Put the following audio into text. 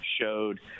showed